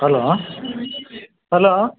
hello hello